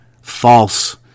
false